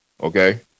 Okay